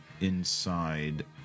inside